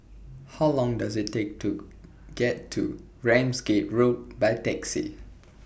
How Long Does IT Take to get to Ramsgate Road By Taxi